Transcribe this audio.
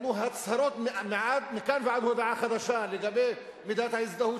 נתנו הצהרות מכאן ועד להודעה חדשה לגבי מידת ההזדהות